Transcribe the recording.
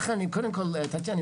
לכן קודם כל טטיאנה,